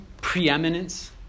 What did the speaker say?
preeminence